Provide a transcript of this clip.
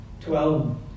twelve